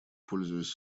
пользуясь